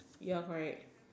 ya correct